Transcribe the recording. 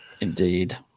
Indeed